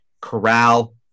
corral